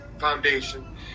foundation